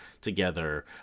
together